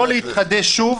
להתחדש שוב.